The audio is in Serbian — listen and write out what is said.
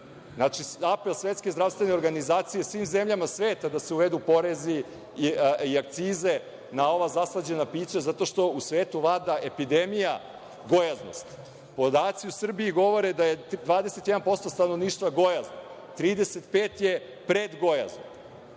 Srbiji. Znači, apel Svetske zdravstvene organizacije svim zemljama sveta je da se uvedu porezi i akcize na ova zaslađena pića zato što u svetu vlada epidemija gojaznosti. Podaci u Srbiji govore da je 21% stanovništva gojazno, 35% je predgojazno.